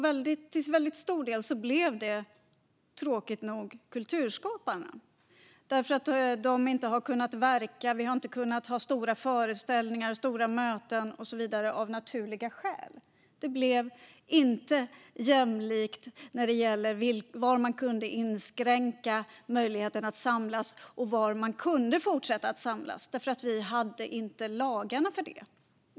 Till stor del blev det tyvärr kulturskaparna eftersom de inte har kunnat verka. De har av naturliga skäl inte kunnat ha stora föreställningar eller annat. Det blev inte jämlikt i var man kunde inskränka möjligheten att samlas och var man kunde fortsätta att samlas eftersom vi inte hade lagar för det.